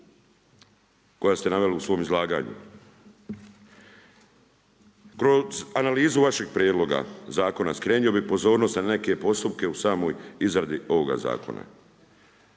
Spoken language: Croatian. koja ste naveli u svom izlaganju. Kroz analizu vašeg prijedloga zakona, skrenuo bi pozornost na neke postupke u samoj izradi ovoga zakona